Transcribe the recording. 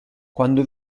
quando